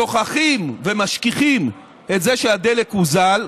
שוכחים ומשכיחים את זה שהדלק הוזל.